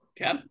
Okay